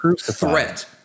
Threat